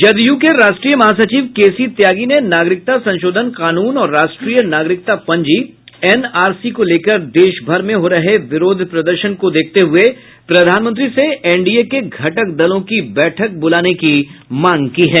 जदयू के राष्ट्रीय महासचिव के सी त्यागी ने नागरिकता संशोधन कानून और राष्ट्रीय नागरिकता पंजी एनआरसी को लेकर देश भर में हो रहे विरोध प्रदर्शन को देखते हुए प्रधानमंत्री से एनडीए के घटक दलों की बैठक बुलाने की मांग की है